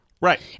right